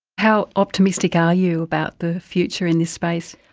how optimistic are you about the future in this space?